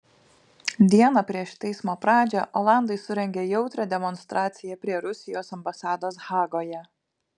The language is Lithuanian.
dieną prieš teismo pradžią olandai surengė jautrią demonstraciją prie rusijos ambasados hagoje